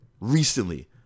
recently